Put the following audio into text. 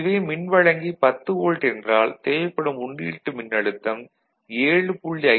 இதுவே மின்வழங்கி 10 வோல்ட் என்றால் தேவைப்படும் உள்ளீட்டு மின்னழுத்தம் 7